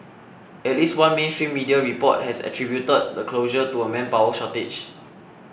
at least one mainstream media report has attributed the closure to a manpower shortage